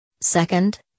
second